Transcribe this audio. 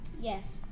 Yes